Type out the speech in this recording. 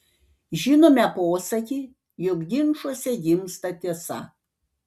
žinome posakį jog ginčuose gimsta tiesa